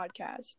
podcast